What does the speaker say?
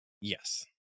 Yes